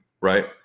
right